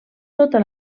tota